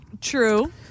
True